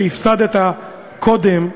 שהפסדת קודם,